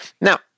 Now